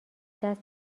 دست